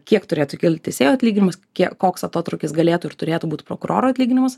kiek turėtų kilti teisėjo atlyginimas koks atotrūkis galėtų ir turėtų būt prokuroro atlyginimas